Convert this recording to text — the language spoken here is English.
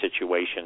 situations